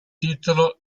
titolo